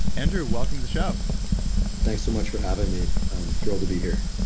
andrew, welcome to the show thanks so much for having me. i'm thrilled to be here